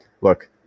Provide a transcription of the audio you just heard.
look